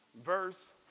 verse